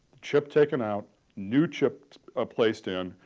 chip taken out new chip ah placed in,